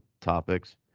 topics